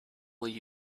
will